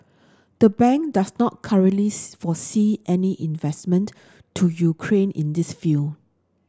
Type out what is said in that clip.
the bank does not currently foresee any investment to Ukraine in this field